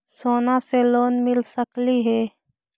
सोना से लोन मिल सकली हे?